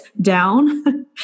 down